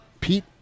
Pete